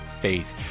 faith